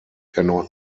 erneut